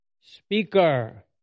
speaker